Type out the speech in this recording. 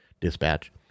dispatch